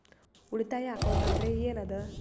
ಉಳಿತಾಯ ಅಕೌಂಟ್ ಅಂದ್ರೆ ಏನ್ ಅದ?